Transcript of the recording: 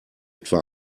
etwa